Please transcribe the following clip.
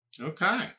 Okay